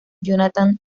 jonathan